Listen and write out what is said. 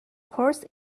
course